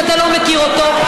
שאתה לא מכיר אותו,